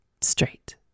straight